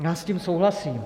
Já s tím souhlasím.